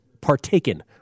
Partaken